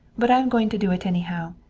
but i am going to do it anyhow.